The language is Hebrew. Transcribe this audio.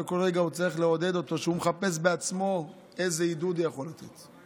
וכל רגע הוא צריך לעודד אותו כשהוא מחפש בעצמו איזה עידוד הוא יכול לתת.